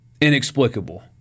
inexplicable